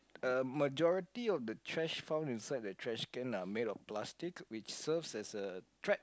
uh majority of the trash found inside the trash can are made of plastic which serves as a threat